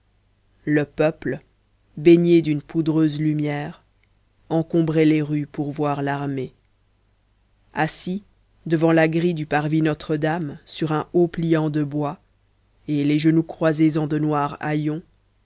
le peuple baigné d'une poudreuse lumière encombrait les rues pour voir l'armée assis devant la grille du parvis notre-dame sur un haut pliant de bois et les genoux croisés en de noirs